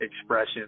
expression